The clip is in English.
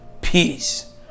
peace